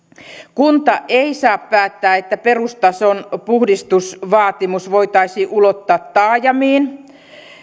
kunta ei saa päättää että perustason puhdistusvaatimus voitaisiin ulottaa taajamiin